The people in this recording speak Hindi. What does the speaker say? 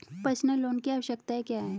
पर्सनल लोन की आवश्यकताएं क्या हैं?